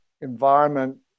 environment